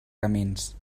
camins